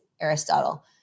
Aristotle